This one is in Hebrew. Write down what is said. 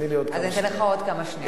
אז אתן לך עוד כמה שניות.